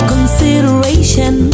Consideration